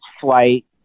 flight